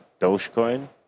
Dogecoin